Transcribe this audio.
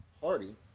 party